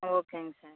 ஓ ஓகேங்க சார்